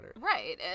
Right